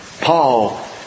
Paul